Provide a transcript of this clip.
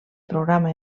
programa